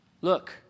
look